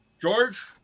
George –